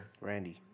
Randy